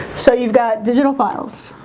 so you've got digital files